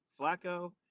Flacco